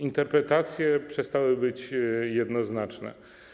Interpretacje przestały być jednoznaczne.